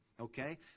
okay